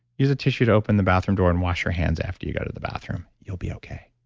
use a tissue to open the bathroom door and wash your hands after you go to the bathroom. you'll be okay